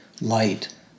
light